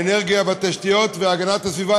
האנרגיה והתשתיות והגנת הסביבה,